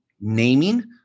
naming